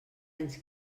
anys